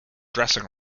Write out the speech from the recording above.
dressing